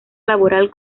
laboral